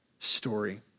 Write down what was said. Story